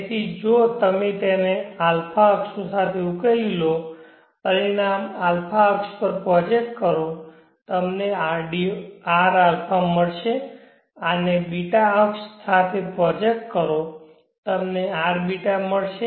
તેથી જો તમે તેને α અક્ષો સાથે ઉકેલી લો પરિણામ α અક્ષ પર પ્રોજેક્ટ કરો તમને rα મળશે આને ß અક્ષ સાથે પ્રોજેક્ટ કરો તમને rß મળશે